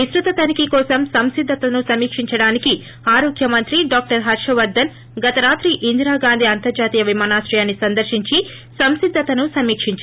విస్తృత తనిఖీ కోసం సంసిద్దతను సమీక్షించడానిక్ ఆరోగ్య మంత్రి డాక్టర్ హర్ష్ వర్దన్ గత రాత్రి ఇందిరా గాంధీ అంతర్హాతీయ విమానాశ్రయాన్ని సందర్సించి సంసీద్దతను సమీకించారు